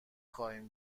خواهیم